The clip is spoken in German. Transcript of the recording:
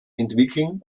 entwickeln